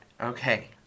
Okay